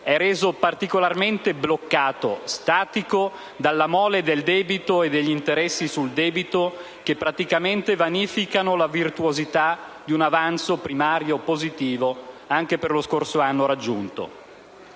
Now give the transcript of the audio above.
è reso particolarmente bloccato e statico dalla mole del debito e degli interessi sul debito, che praticamente vanificano la virtuosità di un avanzo primario positivo, che anche lo scorso hanno è stato